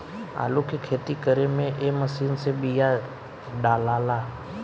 आलू के खेती करे में ए मशीन से बिया डालाला